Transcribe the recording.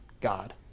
God